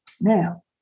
Now